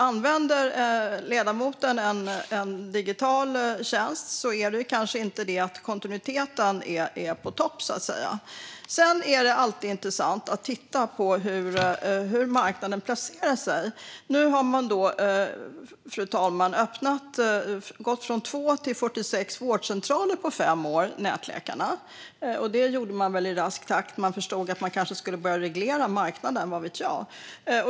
Använder ledamoten en digital tjänst är kontinuiteten kanske inte på topp. Sedan är det alltid intressant att titta på hur marknaden placerar sig. Nu har nätläkarna öppnat och gått från 2 till 46 vårdcentraler på fem år. Det gjorde de väl i rask takt när de förstod att man kanske ska börja reglera marknaden; vad vet jag?